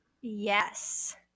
yes